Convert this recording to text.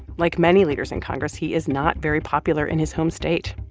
like many leaders in congress, he is not very popular in his home state.